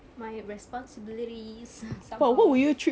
my responsibilities somehow